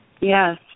Yes